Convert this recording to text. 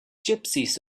gypsies